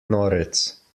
norec